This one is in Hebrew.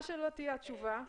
מה שלא תהיה התשובה אני